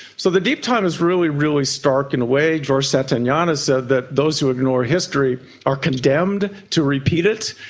so the deep time is really, really stark in a way, george santayana said that those who ignore history are condemned to repeat it,